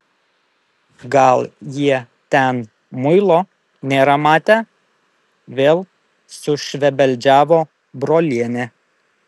gal jie ten muilo nėra matę vėl sušvebeldžiavo brolienė